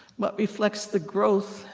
what reflects the growth?